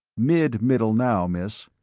mid-middle now, miss.